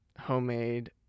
homemade